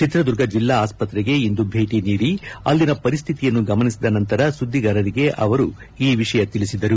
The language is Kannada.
ಚಿತ್ರದುರ್ಗ ಜಿಲ್ಲಾ ಆಸ್ಪತ್ರೆಗೆ ಇಂದು ಭೇಟಿ ನೀಡಿ ಅಲ್ಲಿನ ಪರಿಸ್ತಿತಿಯನ್ನು ಗಮನಿಸಿದ ನಂತರ ಸುಧಿಗಾರರಿಗೆ ಅವರು ಈ ವಿಷಯ ತಿಳಿಸಿದರು